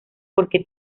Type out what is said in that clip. porque